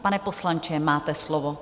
Pane poslanče, máte slovo.